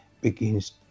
begins